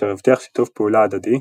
אשר הבטיח שיתוף פעולה הדדי,